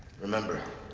remember,